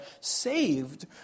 saved